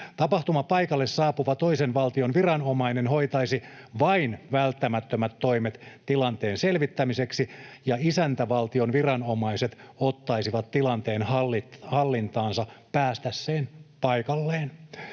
Tapahtumapaikalle saapuva toisen valtion viranomainen hoitaisi vain välttämättömät toimet tilanteen selvittämiseksi, ja isäntävaltion viranomaiset ottaisivat tilanteen hallintaansa päästyään paikalle.